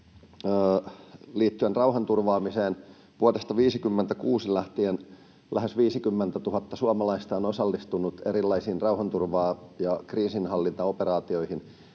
liittyen rauhanturvaamiseen: Vuodesta 56 lähtien lähes 50 000 suomalaista on osallistunut erilaisiin rauhanturva- ja kriisinhallintaoperaatioihin.